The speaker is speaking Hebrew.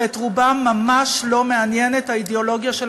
ואת רובם ממש לא מעניינת האידיאולוגיה של